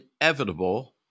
inevitable